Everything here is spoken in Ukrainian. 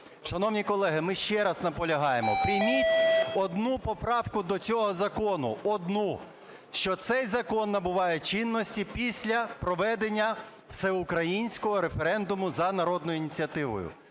Шановні колеги, ми ще раз наполягаємо: прийміть одну поправку до цього закону – одну, що цей закон набирає чинності після проведення всеукраїнського референдуму за народною ініціативою.